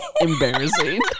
embarrassing